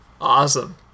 Awesome